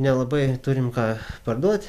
nelabai turim ką parduot